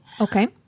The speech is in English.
Okay